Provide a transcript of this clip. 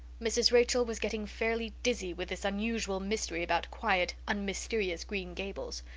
mrs. rachel was getting fairly dizzy with this unusual mystery about quiet, unmysterious green gables.